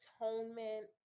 atonement